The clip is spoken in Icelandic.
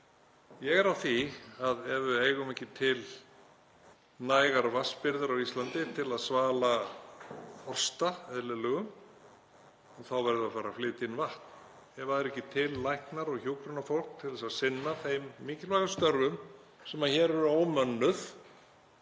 Ég er á því að ef við eigum ekki til nægar vatnsbirgðir á Íslandi til að svala þorsta, eðlilegum, þá verðum við að fara að flytja inn vatn. Ef það eru ekki til læknar og hjúkrunarfólk til að sinna þeim mikilvægu störfum sem hér eru ómönnuð